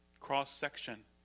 cross-section